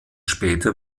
später